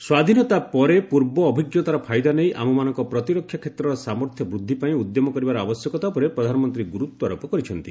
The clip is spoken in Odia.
ସ୍ୱାଧୀନତା ପରେ ପୂର୍ବ ଅଭିଜ୍ଞତାର ଫାଇଦା ନେଇ ଆମମାନଙ୍କର ପ୍ରତିରକ୍ଷା କ୍ଷେତ୍ରର ସାମର୍ଥ୍ୟ ବୃଦ୍ଧି ପାଇଁ ଉଦ୍ୟମ କରିବାର ଆବଶ୍ୟକତା ଉପରେ ପ୍ରଧାନମନ୍ତ୍ରୀ ଗୁରୁତ୍ୱାରୋପ କରିଛନ୍ତି